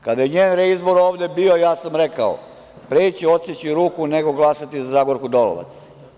Kada je njen reizbor ovde bio, ja sam rekao da ću pre odseći ruku nego glasati za Zagorku Dolovac.